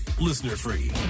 Listener-free